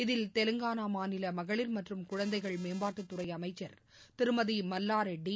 இதில் தெலங்கானாமாநிலமகளிர் மற்றும் குழந்தைகள் மேம்பாட்டுத்துறைஅமைச்சர் திருமதிமல்லாரெட்டி